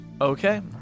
Okay